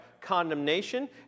Condemnation